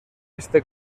este